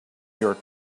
your